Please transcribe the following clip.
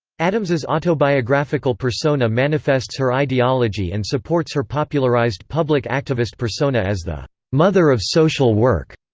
addams's autobiographical persona manifests her ideology and supports her popularized public activist persona as the mother of social work,